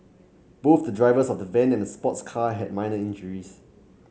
both the drivers of the van and the sports car had minor injuries